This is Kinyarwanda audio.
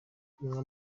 kunywa